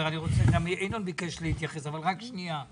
ינון ביקש להתייחס אבל רק שנייה.